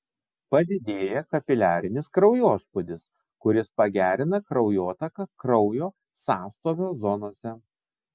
padidėja kapiliarinis kraujospūdis kuris pagerina kraujotaką kraujo sąstovio zonose